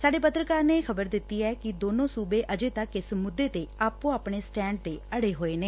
ਸਾਡੇ ਪੱਤਰਕਾਰ ਨੇ ਖ਼ਬਰ ਦਿੱਤੀ ਐ ਕਿ ਦੋਵੇਂ ਸੁਬੇ ਅਜੇ ਤੱਕ ਇਸ ਮੁੱਦੇ ਤੇ ਆਪੋ ਆਪਣੇ ਸਟੈਂਡ ਤੇ ਅੜੇ ਹੋਏ ਨੇ